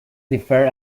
differ